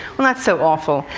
well, not so awful.